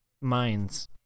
mines